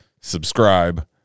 subscribe